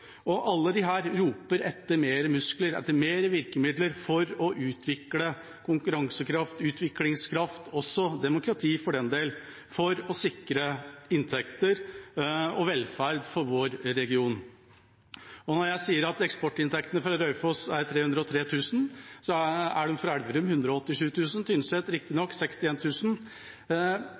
og alle disse roper etter mer muskler, etter flere virkemidler for å utvikle konkurransekraft, utviklingskraft – og også demokrati, for den del – for å sikre inntekter og velferd for vår region. Når jeg sier at eksportinntektene fra Raufoss er 303 000 kr, er de for Elverum 187 000 kr, for Tynset riktignok